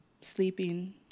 sleeping